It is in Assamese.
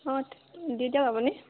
অঁ দি দিয়ক আপুনি